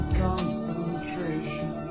concentration